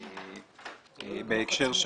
ראשית,